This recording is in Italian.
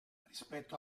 rispetto